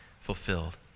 fulfilled